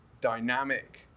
dynamic